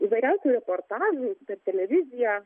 įvairiausių reportažų per televiziją